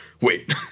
Wait